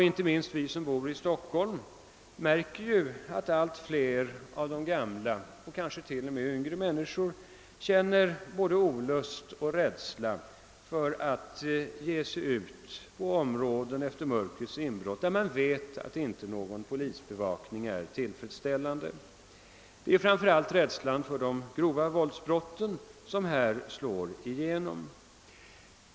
Inte minst vi som bor i Stockholm märker att allt fler av de gamla och kanske till och med yngre människor känner både olust och rädsla för att efter mörkrets inbrott ge sig ut på områden, där man vet att polisbevakningen inte är tillfredsställande. Det är framför allt rädslan för de grova våldsbrotten som här slår igenom.